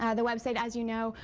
ah the website, as you know,